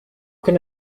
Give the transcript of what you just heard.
can